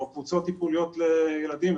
או קבוצות טיפוליות לילדים.